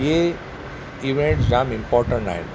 इहे इवैंट्स जाम इम्पोर्टैंट आहिनि